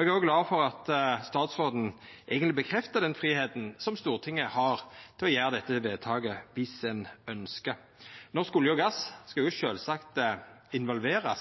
Eg er òg glad for at statsråden eigentleg bekreftar den fridomen som Stortinget har til å gjera dette vedtaket, om ein ønskjer det. Norsk olje og gass skal sjølvsagt verta involverte,